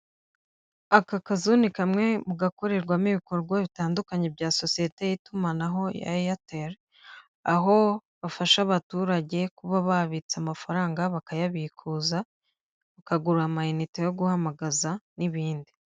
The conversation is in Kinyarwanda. Aka kazu ni kamwe mu gakorerwamo ibikorwa bitandukanye bya sosiyete y'itumanaho ya Airtel, aho bafasha abaturage kuba babitsa amafaranga, bakayabikuza, bakagura ama inite yo guhamagaza n'ibindi.